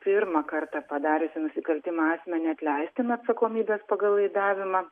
pirmą kartą padariusį nusikaltimą asmenį atleisti nuo atsakomybės pagal laidavimą